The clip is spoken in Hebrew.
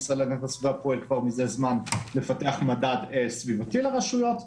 המשרד להגנת הסביבה פועל כבר מזה זמן לפתח מדד סביבתי לרשויות.